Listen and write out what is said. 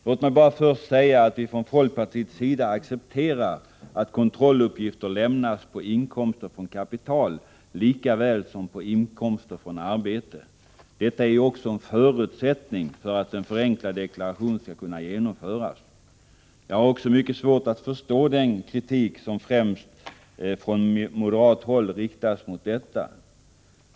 Låt mig bara först säga att vi från folkpartiets sida accepterar att kontrolluppgifter lämnas på inkomster från kapital lika väl som på inkomster från arbete. Detta är ju också en förutsättning för att en förenklad deklaration skall kunna genomföras. Jag har också mycket svårt att förstå den kritik som från främst moderat håll riktas mot detta.